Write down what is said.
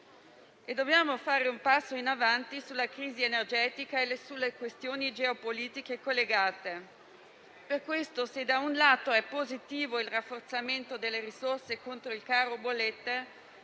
Dobbiamo fare un passo in avanti sulla crisi energetica e sulle questioni geopolitiche collegate. Per questo, se è positivo il rafforzamento delle risorse contro il caro bollette